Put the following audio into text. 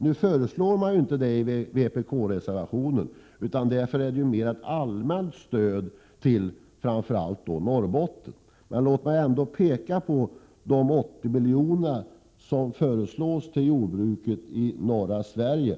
Nu föreslås juinte detta i vpk-reservationen, utan det är mera ett allmänt stöd till framför allt Norrbotten, men låt mig ändå peka på de 80 milj.kr. som föreslås till jordbruket i norra Sverige.